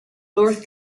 north